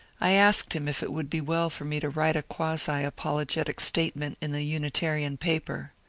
i asked him if it would be well for me to write a quasi-apologetic statement in the unitarian paper.